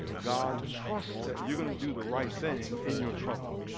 god trusts that you're going to do the right thing in your trouble.